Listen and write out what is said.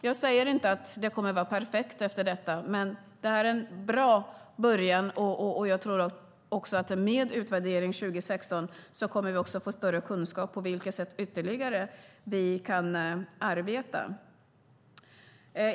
Jag säger inte att det kommer att vara perfekt efter detta, men det är en bra början. Jag tror också att vi med utvärdering 2016 kommer att få större kunskap om på vilka ytterligare sätt vi kan arbeta.